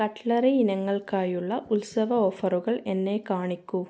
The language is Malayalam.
കട്ട്ലറി ഇനങ്ങൾക്കായുള്ള ഉത്സവ ഓഫറുകൾ എന്നെ കാണിക്കൂ